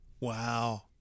Wow